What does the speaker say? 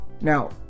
Now